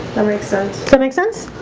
that makes sense. that makes sense